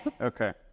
Okay